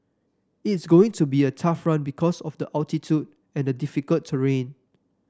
it's going to be a tough run because of the altitude and the difficult terrain